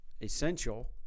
essential